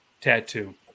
tattoo